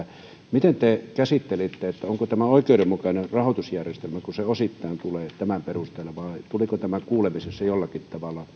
miten te käsittelitte onko tämä oikeudenmukainen rahoitusjärjestelmä kun se osittain tulee tämän perusteella vai nousiko tämä kuulemisessa jollakin